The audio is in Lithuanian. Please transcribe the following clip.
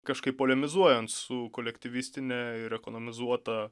kažkaip polemizuojant su kolektyvistine ir ekonomizuota